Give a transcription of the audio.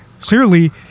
clearly